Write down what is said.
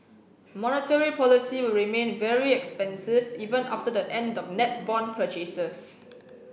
monetary policy will remain very expansive even after the end of net bond purchases